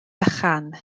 bychan